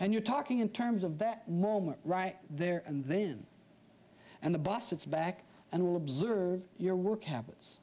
and you're talking in terms of that moment right there and then and the boss it's back and will observe your work habits